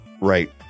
right